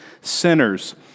sinners